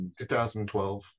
2012